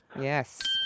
Yes